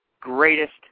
greatest